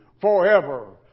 forever